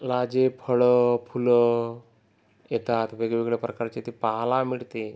ला जे फळं फुलं येतात वेगवेगळ्या प्रकारचे ते पाहाला मिळते